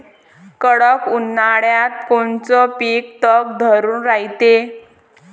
कडक उन्हाळ्यात कोनचं पिकं तग धरून रायते?